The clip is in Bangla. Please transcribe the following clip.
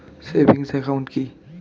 সেভিংস একাউন্ট কি?